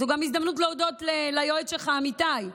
זו גם הזדמנות להודות ליועץ שלך אמיתי,